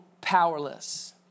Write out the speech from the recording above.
powerless